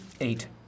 Eight